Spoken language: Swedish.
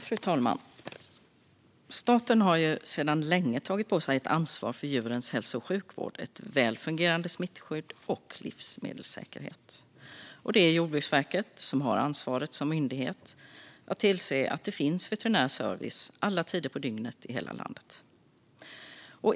Fru talman! Staten har sedan länge tagit på sig ett ansvar för djurens hälso och sjukvård, ett väl fungerande smittskydd och livsmedelssäkerhet. Det är Jordbruksverket som har ansvaret som myndighet för att tillse att det finns veterinär service alla tider på dygnet i hela landet.